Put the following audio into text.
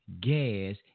gas